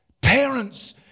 Parents